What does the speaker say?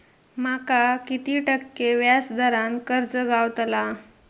माका किती टक्के व्याज दरान कर्ज गावतला?